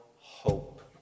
hope